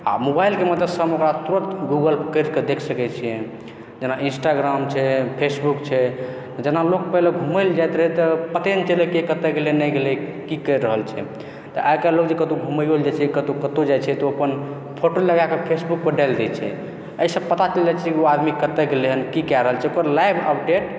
आओर मोबाइल मलतब सब ओकरा तुरत गूगल कए कऽ देख सकैत छियैक जेना इन्स्टाग्राम छै फेसबुक छै जेना लोक पहिने घुमै लऽ जाइत रहै तऽ पते नहि चलैत रहै के कतऽ गेलै नहि गेलै की कऽ रहल छै तऽ आइकाल्हि कतहु लोक घुमैयो लऽ जाइत रहै कतौ जाइत छै छै तऽ ओ अपन फोटो लगाएकऽ फेसबुकपर डालि दैत छै एहिसँ पता चलि जाइत छै ओ आदमी कतय गेलै हँ की कए रहल छै ओकर लाइव अपडेट